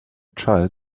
child